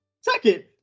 Second